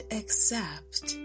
accept